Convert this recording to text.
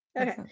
okay